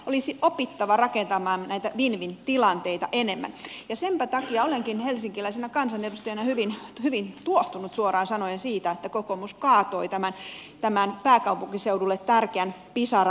olisi opittava rakentamaan näitä win win tilanteita enemmän ja senpä takia olenkin helsinkiläisenä kansanedustajana hyvin tuohtunut suoraan sanoen siitä että kokoomus kaatoi tämän pääkaupunkiseudulle tärkeän pisara rata hankkeen